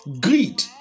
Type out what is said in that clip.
Greed